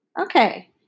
Okay